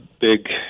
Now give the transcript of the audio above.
big